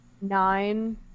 nine